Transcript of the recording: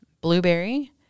Blueberry